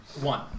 One